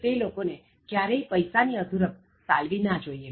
તે લોકોને ક્યારેય પૈસા ની અધૂરપ સાલવી ન જોઇએ